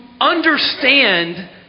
understand